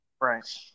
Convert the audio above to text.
Right